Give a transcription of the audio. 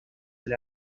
del